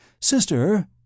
Sister